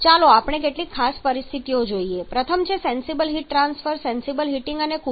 ચાલો આપણે કેટલીક ખાસ પરિસ્થિતિઓ જોઈએ પ્રથમ છે sensible heat transfer sensible heating અને કુલિંગ